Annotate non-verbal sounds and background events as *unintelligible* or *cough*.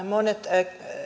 *unintelligible* monet